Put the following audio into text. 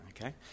Okay